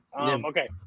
Okay